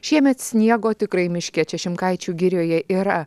šiemet sniego tikrai miške čia šimkaičių girioje yra